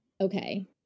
okay